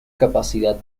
capacidad